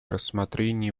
рассмотрения